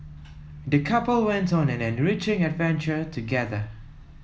the couple went on an enriching adventure together